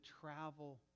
travel